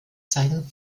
zeigen